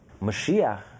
Mashiach